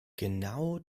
genau